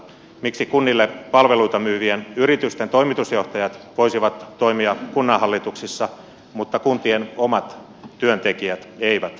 miksi kunnille palveluita myyvien yritysten toimitusjohtajat voisivat toimia kunnanhallituksissa mutta kuntien omat työntekijät eivät